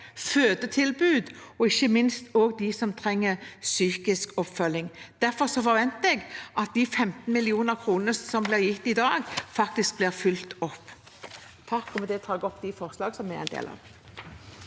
fødetilbud og ikke minst også tilbud for dem som trenger psykisk oppfølging. Derfor forventer jeg at de 15 mill. kr som ble gitt i dag, faktisk blir fulgt opp.